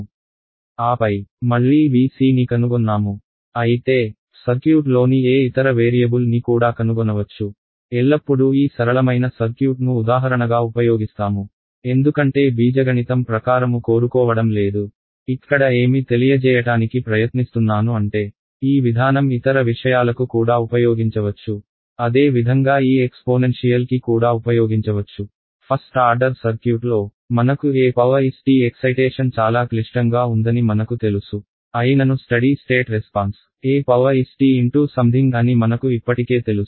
ఆపై మళ్ళీ V c ని కనుగొన్నాము అయితే సర్క్యూట్ లోని ఏ ఇతర వేరియబుల్ని కూడా కనుగొనవచ్చు ఎల్లప్పుడూ ఈ సరళమైన సర్క్యూట్ను ఉదాహరణగా ఉపయోగిస్తాము ఎందుకంటే బీజగణితం ప్రకారము కోరుకోవడం లేదు ఇక్కడ ఏమి తెలియజేయటానికి ప్రయత్నిస్తున్నాను అంటే ఈ విధానం ఇతర విషయాలకు కూడా ఉపయోగించవచ్చు అదే విధంగా ఈ ఎక్స్పోనెన్షియల్ కి కూడా ఉపయోగించవచ్చు ఫస్ట్ ఆర్డర్ సర్క్యూట్లో మనకు est ఎక్సైటేషన్ చాలా క్లిష్టంగా ఉందని మనకు తెలుసు అయినను steady state response est x something అని మనకు ఇప్పటికే తెలుసు